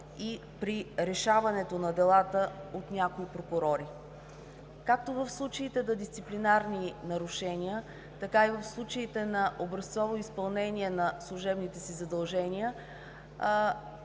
и при решаването на делата от някои прокурори. Както в случаите на дисциплинарни нарушения, така и в случаите на образцово изпълнение на служебните си задължения,